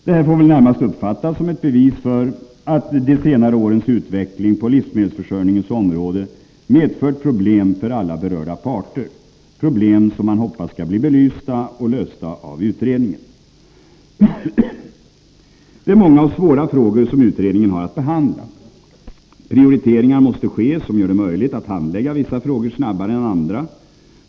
Detta får väl närmast uppfattas som ett bevis för att de senare årens utveckling på livsmedelsförsörjningens område medfört problem för alla berörda parter, problem som man hoppas skall bli belysta och lösta av utredningen. Det är många och svåra frågor som utredningen har att behandla. Prioriteringar måste ske som gör det möjligt att handlägga vissa frågor snabbare än andra.